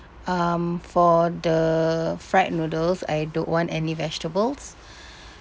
um for the fried noodles I don't want any vegetables